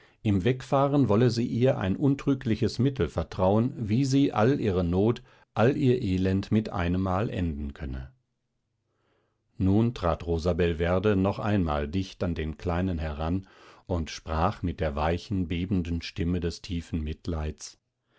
im wegfahren wolle sie ihr ein untrügliches mittel vertrauen wie sie all ihre not all ihr elend mit einemmal enden könne nun trat rosabelverde noch einmal dicht an den kleinen heran und sprach mit der weichen bebenden stimme des tiefen mitleids